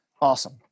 awesome